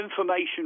information